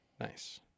Nice